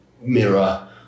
mirror